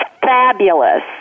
fabulous